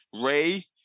Ray